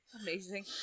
Amazing